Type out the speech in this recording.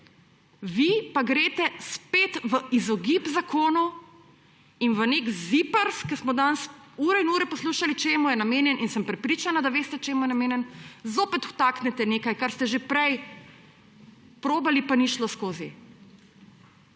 vi pa greste spet v izogib zakonu in v nek ZIPRS, ko smo danes ure in ure poslušali, čemu je namenjen in sem prepričana, da veste čemu je namenjen, zopet vtaknete nekaj, kar ste že prej probali, pa ni šlo skozi.